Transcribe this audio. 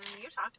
Utah